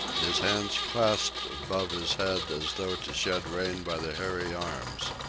his hands clasped above his head as though to shed rain by the hairy arms.